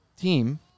team